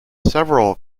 several